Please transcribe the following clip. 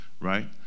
right